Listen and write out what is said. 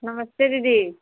नमस्ते दीदी